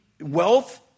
wealth